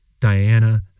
Diana